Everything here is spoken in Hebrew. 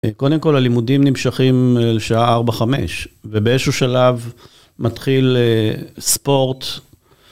קודם כל הלימודים נמשכים לשעה 4-5 ובאיזשהו שלב מתחיל ספורט.